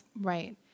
Right